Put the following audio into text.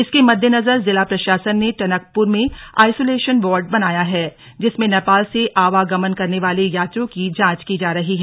इसके मद्देनजर जिला प्रशासन ने टनकपुर में आईसुलेशन वार्ड बनाया है जिसमें नेपाल से आवागमन करने वाले यात्रियों की जांच की जा रही है